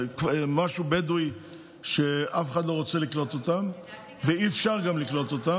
משהו בדואי שאף אחד לא רוצה לקלוט אותם ואי-אפשר גם לקלוט אותם.